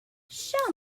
show